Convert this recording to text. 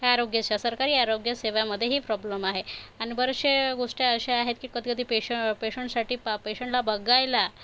या आरोग्यसेवा सरकारी आरोग्यसेवामध्येही प्रॉब्लेम आहे आणि बऱ्याचश्या गोष्टी अशा आहेत की कधी कधी पेशंट पेशंटसाठी पेशंटला बघायला